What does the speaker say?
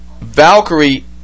Valkyrie